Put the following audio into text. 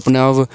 अपना